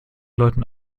leuten